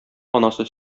анасы